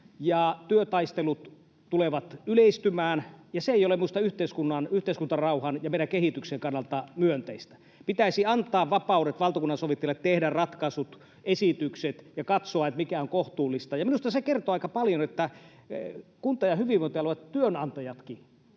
ja se ei ole minusta yhteiskunnan, yhteiskuntarauhan ja meidän kehityksemme kannalta myönteistä. Pitäisi antaa valtakunnansovittelijalle vapaudet tehdä ratkaisut, esitykset ja katsoa, mikä on kohtuullista. Ja minusta se kertoo aika paljon, että Kunta- ja hyvinvointialuetyönantajatkaan